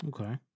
Okay